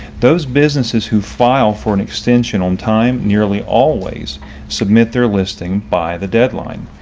those businesses who file for an extension on time nearly always submit their listing by the deadline.